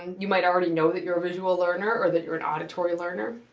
you might already know that you're a visual learner or that you're an auditory learner.